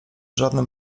żadnym